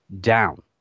down